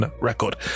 record